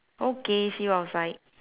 okay see you outside